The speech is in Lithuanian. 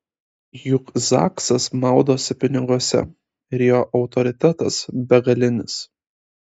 juk zaksas maudosi piniguose ir jo autoritetas begalinis